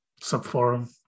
sub-forum